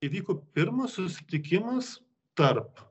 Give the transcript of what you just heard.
įvyko pirmas susitikimas tarp